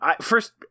first